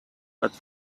but